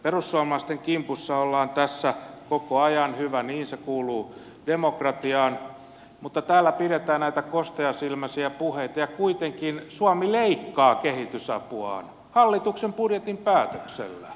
perussuomalaisten kimpussa ollaan tässä koko ajan hyvä niin se kuuluu demokratiaan mutta täällä pidetään näitä kosteasilmäisiä puheita ja kuitenkin suomi leikkaa kehitysapuaan hallituksen budjetin päätöksellä